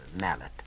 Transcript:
mallet